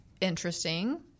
interesting